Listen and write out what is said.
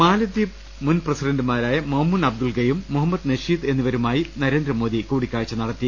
മാലദ്വീപ് മുൻ പ്രസിഡന്റുമാരായ മൌമൂൻ അബ്ദൂൾ ഗയൂം മുഹമ്മദ് നഷീദ് എന്നിവരുമായി നരേന്ദ്രമോദി കൂടി ക്കാഴ്ച നടത്തി